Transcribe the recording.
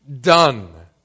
done